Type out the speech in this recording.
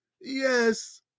Yes